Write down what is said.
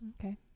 Okay